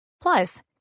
Plus